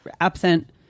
absent